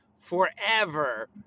forever